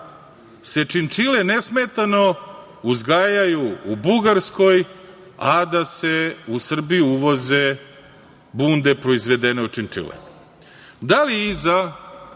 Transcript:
se činčile nesmetano uzgajaju u Bugarskoj, a da se u Srbiju uvoze bunde proizvedene od činčila. Da li iza